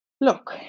Look